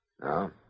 No